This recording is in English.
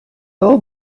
little